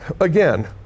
Again